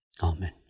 Amen